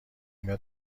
متر